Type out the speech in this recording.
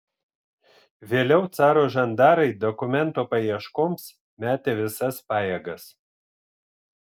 vėliau caro žandarai dokumento paieškoms metė visas pajėgas